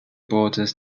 borders